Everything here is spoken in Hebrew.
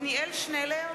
נגד עתניאל שנלר,